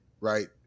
right